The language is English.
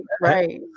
right